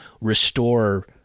restore